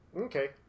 Okay